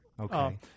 Okay